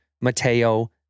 Mateo